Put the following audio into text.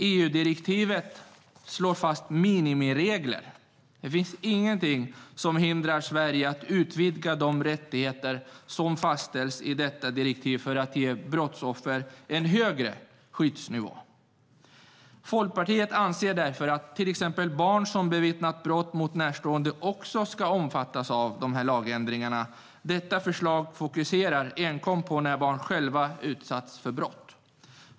EU-direktivet slår fast minimiregler. Det finns ingenting som hindrar Sverige att utvidga de rättigheter som fastställs i detta direktiv för att ge brottsoffer en högre skyddsnivå. Folkpartiet anser därför att till exempel barn som bevittnat brott mot närstående också ska omfattas av lagändringarna. Detta förslag fokuserar enkom på när barn själva utsatts för brott.